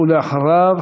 ואחריו,